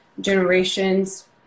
generations